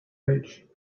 page